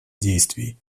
действий